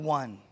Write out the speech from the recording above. one